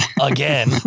Again